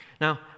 Now